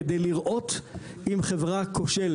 עשו מהירות את פסקת ההתגברות?